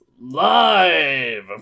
Live